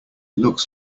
looks